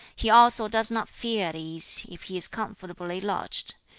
he also does not feel at ease, if he is comfortably lodged.